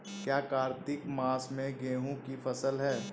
क्या कार्तिक मास में गेहु की फ़सल है?